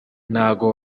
ntago